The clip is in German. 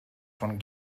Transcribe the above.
von